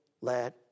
let